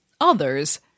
others